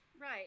right